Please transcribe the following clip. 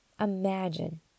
Imagine